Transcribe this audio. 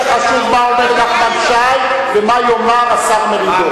כרגע חשוב מה אומר נחמן שי, ומה יאמר השר מרידור.